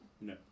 no